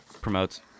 promotes